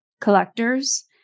collectors